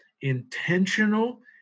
intentional